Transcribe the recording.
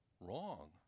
wrong